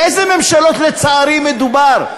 באיזה ממשלות, לצערי, מדובר?